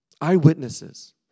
Eyewitnesses